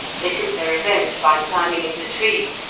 they took their revenge by climbing into trees,